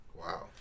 Wow